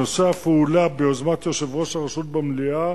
הנושא אף הועלה ביוזמת יושב-ראש הרשות במליאה,